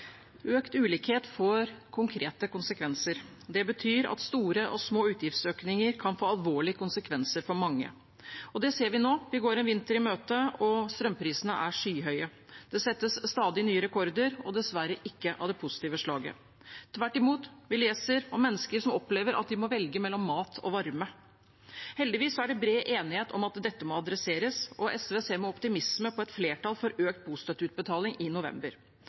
Økt ulikhet får konkrete konsekvenser. Det betyr at store og små utgiftsøkninger kan få alvorlige konsekvenser for mange. Det ser vi nå. Vi går en vinter i møte, og strømprisene er skyhøye. Det settes stadig nye rekorder og dessverre ikke av det positive slaget. Tvert imot – vi leser om mennesker som opplever at de må velge mellom mat og varme. Heldigvis er det bred enighet om at dette må adresseres, og SV ser med optimisme på et flertall for økt bostøtteutbetaling i november.